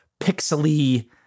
pixely